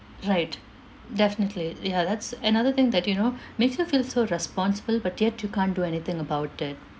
right definitely ya that's another thing that you know makes me feel so responsible but yet you can't do anything about it